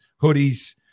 hoodies